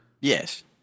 Yes